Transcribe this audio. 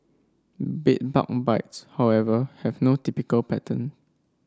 bed bug bites however have no typical pattern